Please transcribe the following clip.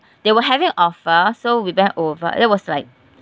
they were having offer so we went over that was like